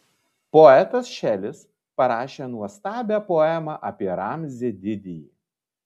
poetas šelis parašė nuostabią poemą apie ramzį didįjį